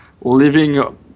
living